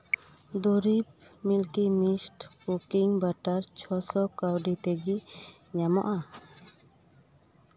ᱫᱩᱨᱤᱵ Milky Mist cooking butter ᱪᱷᱚ ᱥᱚ ᱠᱟᱹᱣᱰᱤ ᱛᱮᱜᱮ ᱧᱟᱢᱚᱜᱼᱟ